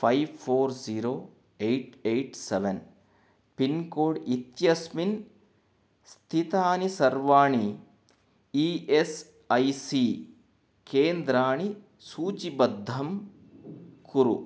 five four zero eight eight seven pin code इत्यस्मिन् स्थितानि सर्वाणि ई एस् ऐ सी केन्द्राणि सूचिबद्धं कुरु